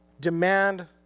demand